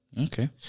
Okay